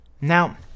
now